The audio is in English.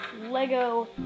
Lego